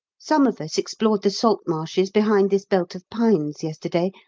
some of us explored the salt-marshes behind this belt of pines yesterday,